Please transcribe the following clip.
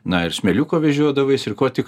na ir smėliuko vežiodavaisi ir ko tik